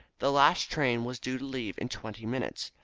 the last train was due to leave in twenty minutes,